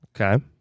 Okay